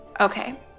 Okay